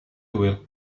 will